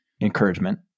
encouragement